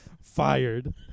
fired